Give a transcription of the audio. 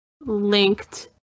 linked